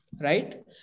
right